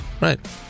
Right